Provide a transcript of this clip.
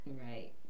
Right